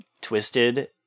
twisted